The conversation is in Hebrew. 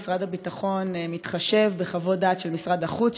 משרד הביטחון מתחשב בחוות דעת של משרד החוץ,